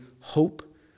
hope